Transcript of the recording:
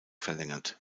verlängert